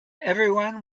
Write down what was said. everyone